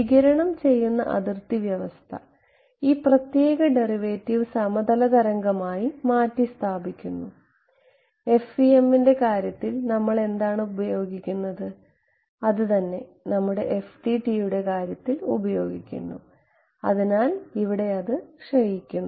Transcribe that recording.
വികിരണം ചെയ്യുന്ന അതിർത്തി വ്യവസ്ഥ ഈ പ്രത്യേക ഡെറിവേറ്റീവ് സമതല തരംഗമായി മാറ്റിസ്ഥാപിക്കുന്നു FEM ൻറെ കാര്യത്തിൽ നമ്മൾ എന്താണ് ഉപയോഗിക്കുന്നത് അത് തന്നെ നമ്മൾ FDTD യുടെ കാര്യത്തിൽ ഉപയോഗിക്കുന്നു അതിനാൽ ഇവിടെ അത് ക്ഷയിക്കുന്നു